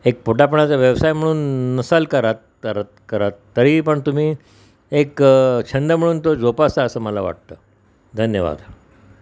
एक पोटापाण्याचा व्यवसाय म्हणून नसाल करात करत करात तरी पण तुम्ही एक छंद म्हणून तो जोपासा असं मला वाटतं धन्यवाद